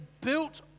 built